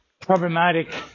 problematic